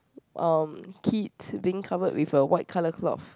um kids being covered with a white colour cloth